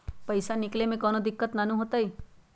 पईसा निकले में कउनो दिक़्क़त नानू न होताई?